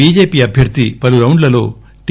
BJP అభ్యర్థి పలు రౌండ్లలో టి